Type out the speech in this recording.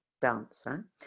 dancer